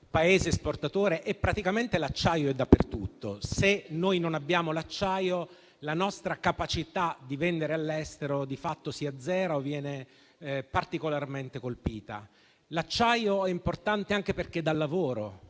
Paese esportatore e praticamente l'acciaio è dappertutto. Se noi non abbiamo l'acciaio, la nostra capacità di vendere all'estero di fatto si azzera o viene colpita in misura significativa. L'acciaio è importante anche perché dà lavoro: